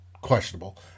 questionable